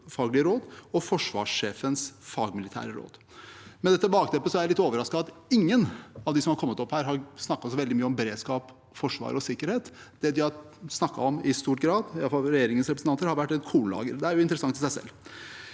og Forsvarssjefens fagmilitære råd. Med dette bakteppet er jeg litt overrasket over at ingen av dem som har vært oppe her, har snakket veldig mye om beredskap, forsvar og sikkerhet. Det de i stor grad har snakket om, i hvert fall regjeringens representanter, har vært et kornlager. Det er interessant i seg selv.